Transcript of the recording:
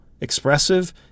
expressive